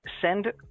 send